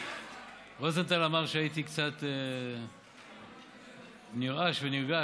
רוזנטל אמר שהייתי קצת נרעש ונרגש,